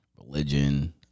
religion